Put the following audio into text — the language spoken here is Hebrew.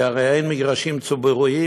כי הרי אין מגרשים ציבוריים,